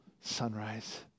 sunrise